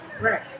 Right